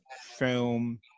film